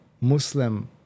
Muslim